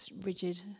rigid